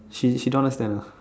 she she don't understand